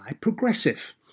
Progressive